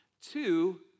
Two